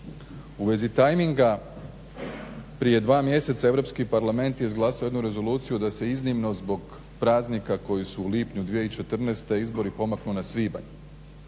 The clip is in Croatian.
U vezi timinga prije dva mjeseca Europski parlament je izglasao jednu rezoluciju da se iznimno zbog praznika koji su u lipnju 2014. izbori pomaknu na svibanj.